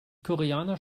koreaner